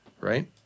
right